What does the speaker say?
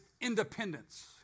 independence